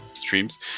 streams